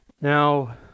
Now